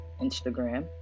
Instagram